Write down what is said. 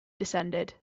descended